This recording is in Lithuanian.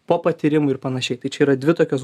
po patyrimų ir panašiai tai čia yra dvi tokios